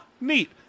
neat